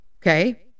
okay